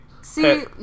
see